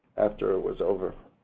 after it was over. a